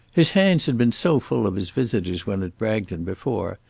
his hands had been so full of his visitors when at bragton before,